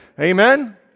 Amen